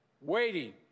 waiting